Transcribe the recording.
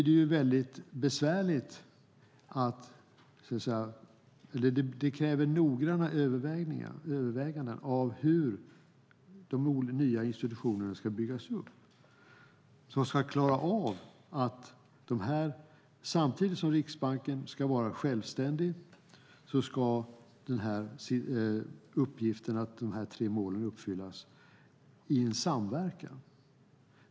Detta kommer att kräva noggranna överväganden av hur de nya institutionerna ska byggas upp, som att samtidigt som Riksbanken ska vara självständig ska klara uppgiften att uppfylla de tre målen i en samverkan.